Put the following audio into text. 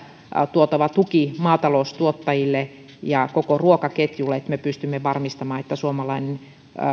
tuotava tuki maataloustuottajille ja koko ruokaketjulle jotta me pystymme varmistamaan että